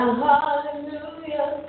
hallelujah